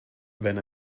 wenn